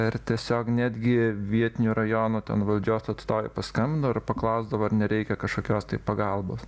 ir tiesiog netgi vietinių rajonų ten valdžios atstovė paskambindavo ir paklausdavo ar nereikia kažkokios tai pagalbos